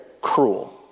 cruel